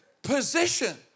Position